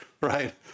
right